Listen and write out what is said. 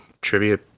trivia